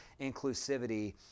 inclusivity